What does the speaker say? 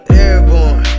airborne